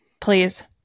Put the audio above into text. Please